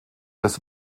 des